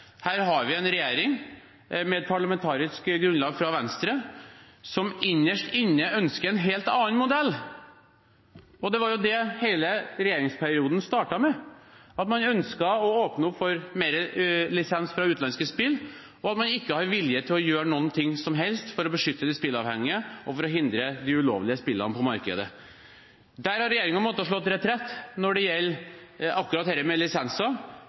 her har vi en regjering med et parlamentarisk grunnlag fra Venstre som innerst inne ønsker en helt annen modell, og det var jo det hele regjeringsperioden startet med, at man ønsket å åpne opp for mer lisens til utenlandske spill, og at man ikke har vilje til å gjøre noe som helst for å beskytte de spilleavhengige og for å hindre de ulovlige spillene på markedet. Der har regjeringen måttet slå retrett når det gjelder akkurat dette med lisenser,